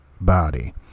body